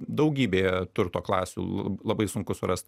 daugybėje turto klasių l labai sunku surast